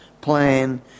plan